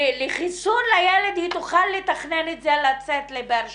לחיסון לילד היא תוכל לתכנן לצאת לבאר שבע,